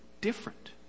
different